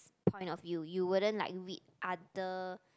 point of view you wouldn't like read other